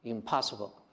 Impossible